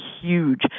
huge